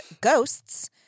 GHOSTS